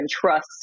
trust